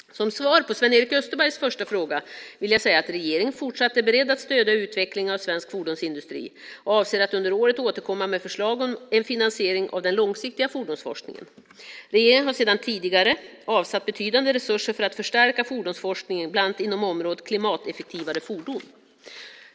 Som svar på Sven-Erik Österbergs första fråga vill jag säga att regeringen fortsatt är beredd att stödja utvecklingen av svensk fordonsindustri, och avser att under året återkomma med förslag om en finansiering av den långsiktiga fordonsforskningen. Regeringen har sedan tidigare avsatt betydande resurser för att förstärka fordonsforskningen bland annat inom området klimateffektivare fordon.